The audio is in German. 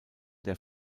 der